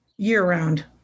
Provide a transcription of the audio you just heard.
year-round